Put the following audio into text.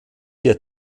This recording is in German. der